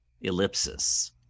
ellipsis